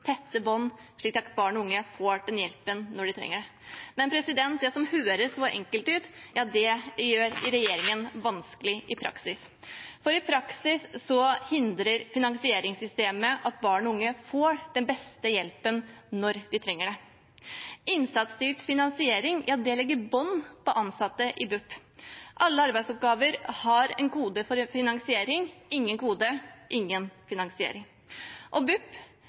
tette bånd, slik at barn og unge får hjelp når de trenger det – men det som høres så enkelt ut, det gjør regjeringen vanskelig i praksis. For i praksis hindrer finansieringssystemet at barn og unge får den beste hjelpen når de trenger det. Innsatsstyrt finansiering legger bånd på ansatte i BUP. Alle arbeidsoppgaver har en kode for finansiering. Ingen kode – ingen finansiering.